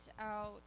out